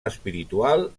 espiritual